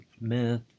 myth